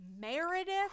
Meredith